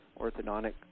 orthodontic